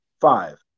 Five